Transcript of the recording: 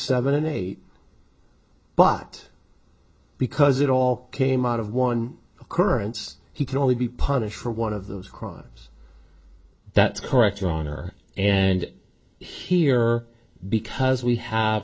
seven eight but because it all came out of one occurrence he can only be punished for one of those crimes that's correct your honor and here because we have